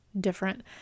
different